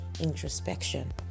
introspection